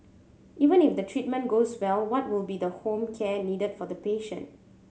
even if the treatment goes well what will be the home care needed for the patient